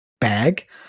bag